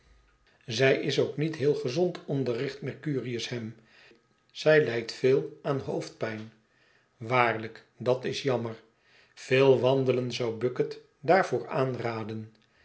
zij is ook niet heel gezond onderricht mercurius hem zij lijdt veel aan hoofdpijn waarlijk dat is jammer veel wandelen zou bucket daarvoor aanraden